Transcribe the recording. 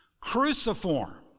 Cruciform